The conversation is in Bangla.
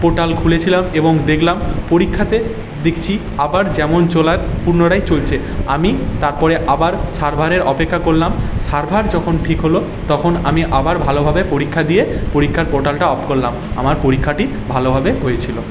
পোর্টাল খুলেছিলাম এবং দেখলাম পরীক্ষাতে দেখছি আবার যেমন চলার পুনরায় চলছে আমি তারপরে আবার সার্ভারের অপেক্ষা করলাম সার্ভার যখন ঠিক হলো তখন আমি আবার ভালোভাবে পরীক্ষা দিয়ে পরীক্ষার পোর্টালটা অফ করলাম আমার পরীক্ষাটি ভালোভাবে হয়েছিল